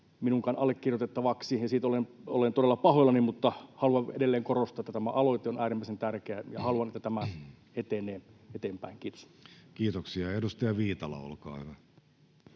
minunkaan allekirjoitettavakseni. Olen siitä todella pahoillani, mutta haluan edelleen korostaa, että tämä aloite on äärimmäisen tärkeä ja haluan, että tämä etenee eteenpäin. — Kiitos. [Speech 5] Speaker: